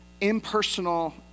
impersonal